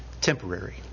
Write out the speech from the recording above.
temporary